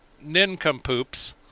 nincompoops